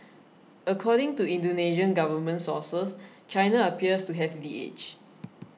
according to Indonesian government sources China appears to have the edge